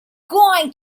going